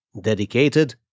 dedicated